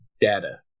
data